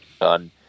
done